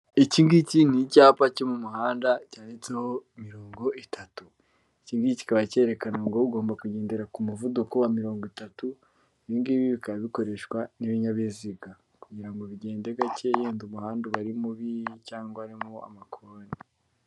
Iki ngiki ni icyapa cyo mu muhanda, cyanditseho mirongo itatu. Iki ngiki kikaba cyerekana ngo ugomba kugendera ku muvuduko wa mirongo itatu, ibi ngibi bikaba bikoreshwa n'ibinyabiziga kugira ngo bigende gake yenda umuhanda uba mubi, cyangwa harimo amakoni.